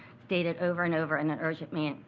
stated over and over in an urgent manner,